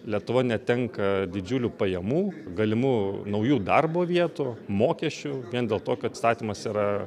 lietuva netenka didžiulių pajamų galimų naujų darbo vietų mokesčių vien dėl to kad įstatymas yra